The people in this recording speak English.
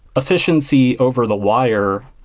efficiency over the wire,